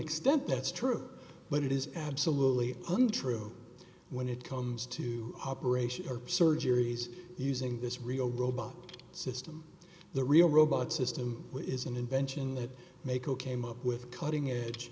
extent that's true but it is absolutely untrue when it comes to operations or surgeries using this real robot system the real robot system is an invention that maaco came up with cutting edge